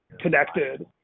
connected